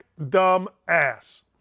dumbass